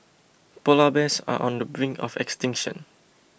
Polar Bears are on the brink of extinction